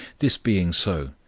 this being so,